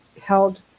held